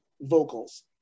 vocals